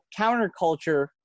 counterculture